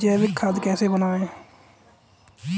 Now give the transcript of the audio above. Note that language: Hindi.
जैविक खाद कैसे बनाएँ?